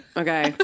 okay